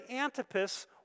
Antipas